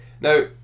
Now